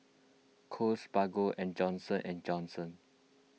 Kose Bargo and Johnson and Johnson